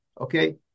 okay